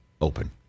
open